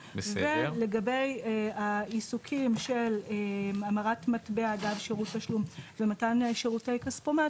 ולגבי העיסוקים של המרת המטבע אגב שירות תשלום ומתן שירותי כספומט,